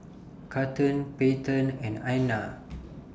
Cathern Peyton and Anna